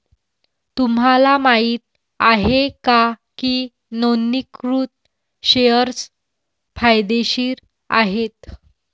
तुम्हाला माहित आहे का की नोंदणीकृत शेअर्स फायदेशीर आहेत?